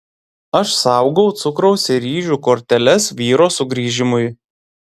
aš saugau cukraus ir ryžių korteles vyro sugrįžimui